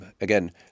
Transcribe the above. again